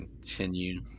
Continue